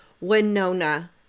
Winona